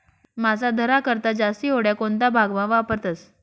मासा धरा करता जास्ती होड्या कोणता भागमा वापरतस